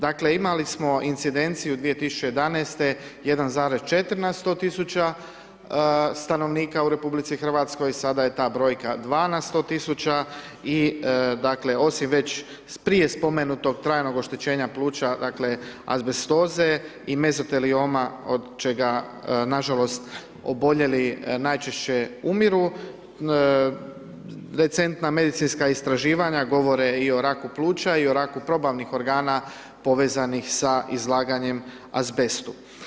Dakle imali smo incidenciju 2011. 1,4 na 100 tisuća stanovnika u RH sada je ta brojka 2 na 100 tisuća i dakle osim već prije spomenutog trajnog oštećenja pluća, dakle azbestoze i mezotelijoma od čega na žalost oboljeli najčešće umiru recentna medicinska istraživanja govore i o raku pluća i o raku probavnih organa povezanih sa izlaganjem azbestu.